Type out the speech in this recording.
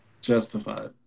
Justified